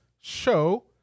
show